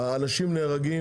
אנשים נהרגים.